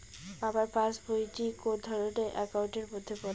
আমার পাশ বই টি কোন ধরণের একাউন্ট এর মধ্যে পড়ে?